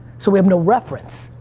so we have no reference,